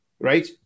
right